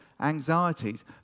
anxieties